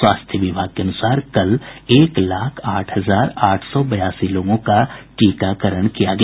स्वास्थ्य विभाग के अनुसार कल एक लाख आठ हजार आठ सौ बयासी लोगों का टीकाकरण किया गया